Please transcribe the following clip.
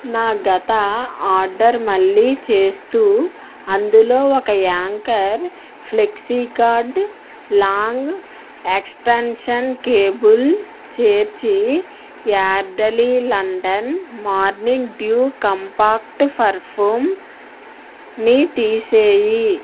నా గత ఆర్డర్ మళ్ళీ చేస్తూ అందులో ఒక anchor flexi cord long extension cable చేర్చి Yardley London morning dew compact పర్ఫుమ్ని తీసేయి